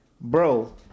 bro